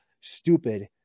stupid